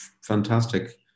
fantastic